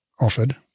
offered